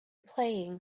playing